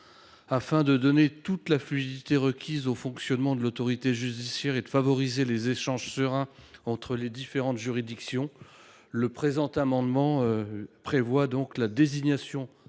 Afin de donner toute la fluidité requise au fonctionnement de l’autorité judiciaire et de favoriser des échanges sereins entre les différentes juridictions, le présent amendement vise à prévoir la désignation